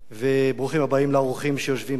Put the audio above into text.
ברוכים הבאים, לאורחים שיושבים ביציע.